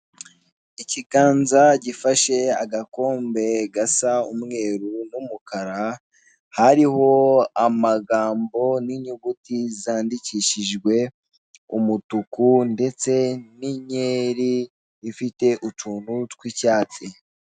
Ikiganza gifashe agakombe gasa umweru n'umukara, hariho amagambo n'inyuguti zandikishijwe umutuku ndetse n'inkeri ifite utuntu tw'icyatsi.